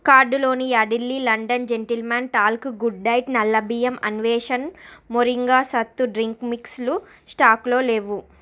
కార్డులోని Yardley London gentlemen talc గుడ్డైట్ నల్ల బియ్యం అన్వేషణ్ మొరింగా సత్తు డ్రింక్ మిక్స్లు స్టాకులో లేవు